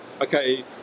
okay